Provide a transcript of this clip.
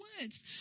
words